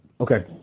Okay